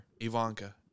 Ivanka